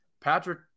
Patrick